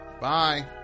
Bye